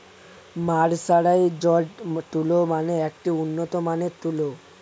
mercerised তুলো মানে একটি উন্নত মানের তুলো